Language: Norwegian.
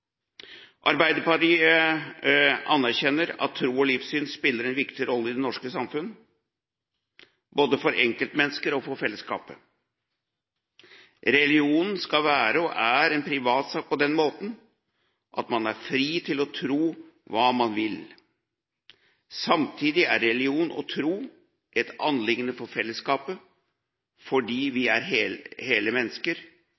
Arbeiderpartiet anerkjenner at tro og livssyn spiller en viktig rolle i det norske samfunn, både for enkeltmennesker og for fellesskapet. Religion skal være og er en privatsak på den måten at man er fri til å tro hva man vil. Samtidig er religion og tro et anliggende for fellesskapet, fordi